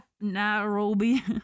Nairobi